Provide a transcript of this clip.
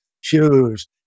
shoes